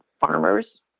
farmers